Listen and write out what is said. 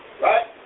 Right